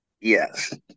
Yes